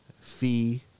Fee